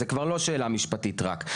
אז זו כבר לא שאלה משפטית רק.